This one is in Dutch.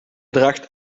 draagt